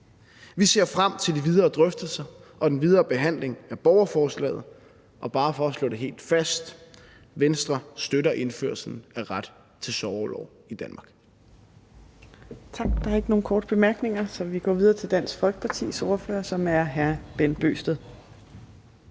Vi ser frem til de videre drøftelser og den videre behandling af borgerforslaget. Og bare for at slå det helt fast: Venstre støtter indførelsen af ret til sorgorlov i Danmark.